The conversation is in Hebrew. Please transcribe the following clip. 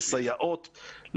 לסייעות,